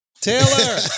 Taylor